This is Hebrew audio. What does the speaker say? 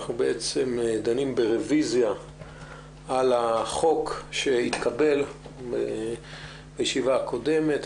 אנחנו דנים ברוויזיה על החוק שהתקבל בישיבה הקודמת.